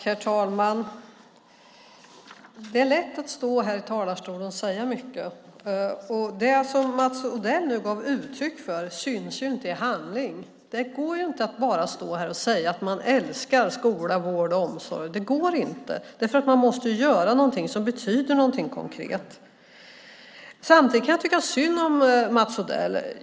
Herr talman! Det är lätt att stå i talarstolen och säga mycket. Det som Mats Odell gav uttryck för syns inte i handling. Det går inte att stå här och säga att man älskar skola, vård och omsorg. Man måste göra något som betyder någonting konkret. Samtidigt kan jag tycka synd om Mats Odell.